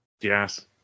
yes